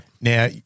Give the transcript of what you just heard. Now